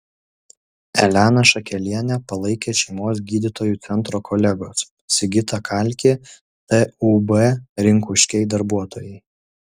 eleną šakelienę palaikė šeimos gydytojų centro kolegos sigitą kalkį tūb rinkuškiai darbuotojai